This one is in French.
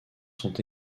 sont